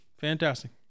fantastic